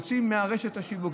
יוצאים מרשת השיווק,